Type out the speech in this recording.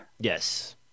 Yes